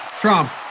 Trump